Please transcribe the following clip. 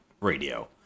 radio